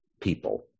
people